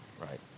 Right